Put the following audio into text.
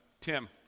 Tim